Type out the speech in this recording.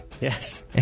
yes